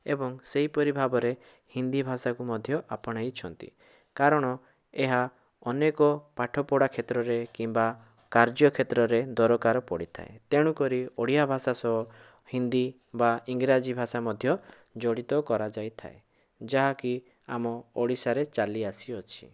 ଏବଂ ସେହିପରି ଭାବରେ ହିନ୍ଦୀ ଭାଷାକୁ ମଧ୍ୟ ଆପଣାଇଛନ୍ତି କାରଣ ଏହା ଅନେକ ପାଠ ପଢ଼ା କ୍ଷେତ୍ରରେ କିମ୍ବା କାର୍ଯ୍ୟ କ୍ଷେତ୍ରରେ ଦରକାର ପଡ଼ିଥାଏ ତେଣୁକରି ଓଡ଼ିଆ ଭାଷା ସହ ହିନ୍ଦୀ ବା ଇଂରାଜୀ ଭାଷା ମଧ୍ୟ ଜଡ଼ିତ କରାଯାଇଥାଏ ଯାହାକି ଆମ ଓଡ଼ିଶାରେ ଚାଲି ଆସିଅଛି